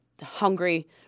hungry